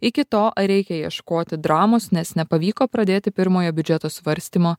iki to ar reikia ieškoti dramos nes nepavyko pradėti pirmojo biudžeto svarstymo